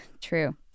True